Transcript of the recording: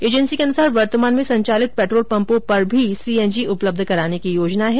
agency के अनुसार वर्तमान में संचालित पेट्रोलपंपों पर भी सीएनजी उपलब्ध कराने की योजना है